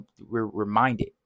reminded